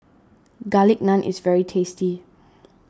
Garlic Naan is very tasty